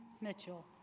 Mitchell